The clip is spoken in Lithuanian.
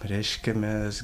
reiškia mes